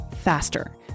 faster